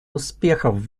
успехов